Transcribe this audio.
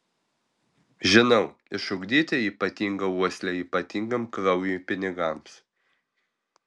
žinau išugdyti ypatingą uoslę ypatingam kraujui pinigams